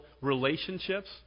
relationships